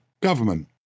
government